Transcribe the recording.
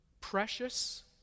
precious